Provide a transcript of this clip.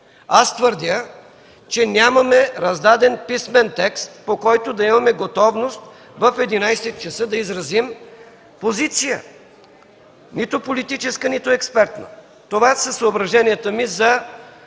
Аз твърдя, че нямаме раздаден писмен текст, по който да имаме готовност в 11,00 ч. да изразим позиция – нито политическа, нито експертна. Това са съображенията ми за